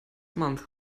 month